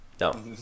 No